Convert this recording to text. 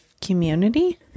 community